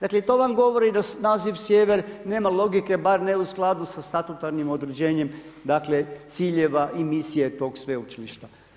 Dakle i to vam govori da naziv sjever nema logike bar u skladu sa statutarnim određenjem, dakle ciljeva i misije tog sveučilišta.